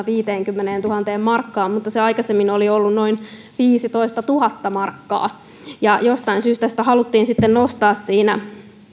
viiteenkymmeneentuhanteen markkaan mutta aikaisemmin se oli ollut noin viisitoistatuhatta markkaa jostain syystä sitä haluttiin sitten nostaa siinä